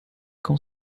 com